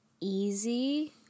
easy